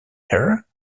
hair